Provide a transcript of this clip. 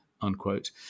unquote